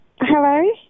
Hello